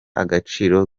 agaciro